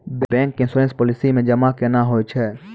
Bank के insurance policy मे जमा केना होय छै?